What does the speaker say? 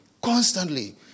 Constantly